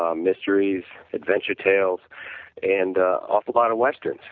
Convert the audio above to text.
um mysteries, adventure tails and awful lot of westerns.